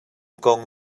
kong